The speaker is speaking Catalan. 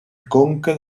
conca